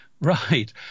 right